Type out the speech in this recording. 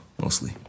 mostly